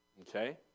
Okay